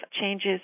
changes